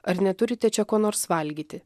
ar neturite čia ko nors valgyti